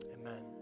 amen